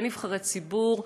כנבחרי ציבור: